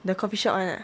the coffee shop [one] ah